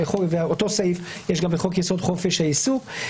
ואת אותו סעיף יש גם בחוק-יסוד: חופש העיסוק.